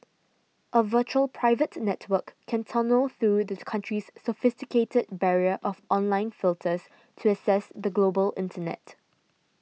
a virtual private network can tunnel through the country's sophisticated barrier of online filters to access the global internet